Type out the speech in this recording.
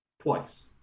Twice